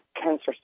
cancer